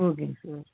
ஓகேங்க சார்